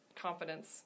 confidence